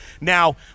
Now